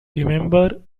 remember